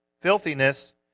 filthiness